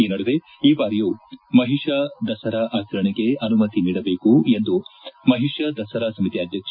ಈ ನಡುವೆ ಈ ಬಾರಿಯೂ ಮಹಿಷಾ ದಸರಾ ಆಚರಣೆಗೆ ಅನುಮತಿ ನೀಡಬೇಕು ಎಂದು ಮಹಿಷಾ ದಸರಾ ಸಮಿತಿ ಅಧ್ಯಕ್ಷ